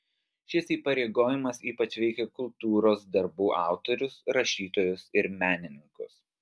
šis įpareigojimas ypač veikia kultūros darbų autorius rašytojus ir menininkus